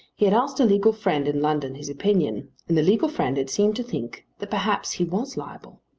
he had asked a legal friend in london his opinion, and the legal friend had seemed to think that perhaps he was liable.